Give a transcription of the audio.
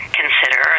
consider